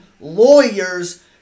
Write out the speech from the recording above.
lawyers